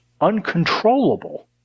uncontrollable